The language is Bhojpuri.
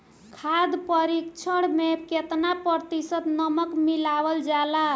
खाद्य परिक्षण में केतना प्रतिशत नमक मिलावल जाला?